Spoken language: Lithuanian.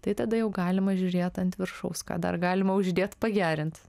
tai tada jau galima žiūrėt ant viršaus ką dar galima uždėt pagerint